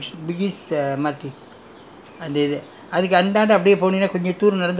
you it's just next to the bugis there [what] bugis junc~ bugis uh M_R_T